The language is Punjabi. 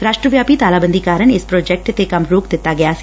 ਰਾਸਟਰ ਵਿਆਪੀ ਤਾਲਾਬੰਦੀ ਕਾਰਨ ਇਸ ਪ੍ਰਾਜੈਕਟ ਤੇ ਕੰਮ ਰੋਕ ਦਿੱਤਾ ਗਿਆ ਸੀ